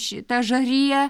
šitą žariją